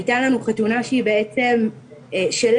הייתה לנו חתונה שהיא בעצם שלנו,